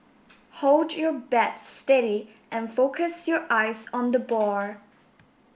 hold your bat steady and focus your eyes on the ball